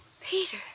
Peter